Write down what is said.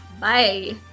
Bye